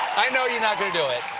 i know you're not going to do it.